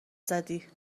زدی